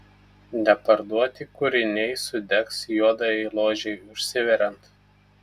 neparduoti kūriniai sudegs juodajai ložei užsiveriant